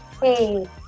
Hey